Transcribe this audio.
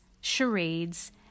charades